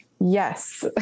Yes